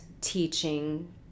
teaching